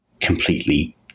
completely